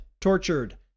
tortured